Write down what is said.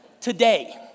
Today